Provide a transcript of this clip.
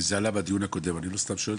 אני לא סתם שואל,